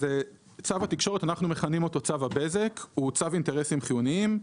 צו התקשורת אנחנו מכנים אותו צו הבזק הוא צו אינטרסים חיוניים.